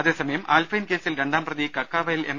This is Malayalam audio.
അതേസമയം ആൽഫൈൻ കേസിൽ രണ്ടാം പ്രതി കക്കാവയൽ എം